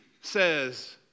says